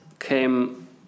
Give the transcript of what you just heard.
came